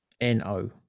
N-O